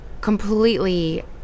completely